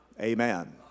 Amen